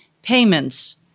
Payments